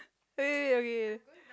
wait wait okay